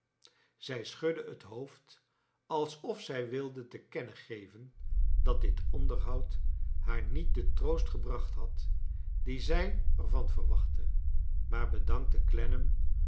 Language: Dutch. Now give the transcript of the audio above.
zij schudde het boofd alsof zij wilde te kennen geven dat dit onderhoud baar niet den troost gebracht had dien zij er van verwachtte maar bedankte